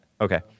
Okay